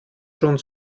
schon